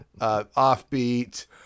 Offbeat